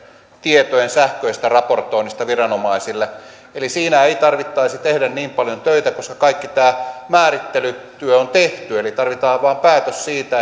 tietojen sähköisestä raportoinnista viranomaisille siinä ei tarvitsisi tehdä niin paljon töitä koska kaikki tämä määrittelytyö on tehty tarvitaan vain päätös siitä